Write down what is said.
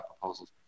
proposals